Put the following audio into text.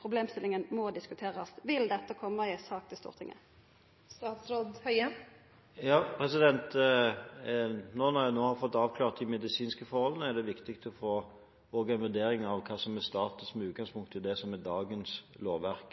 problemstillinga må diskuterast. Vil dette komme i ei sak til Stortinget? Når jeg nå har fått avklart de medisinske forholdene, er det viktig også å få en vurdering av hva som er status, med utgangspunkt i det som er dagens lovverk.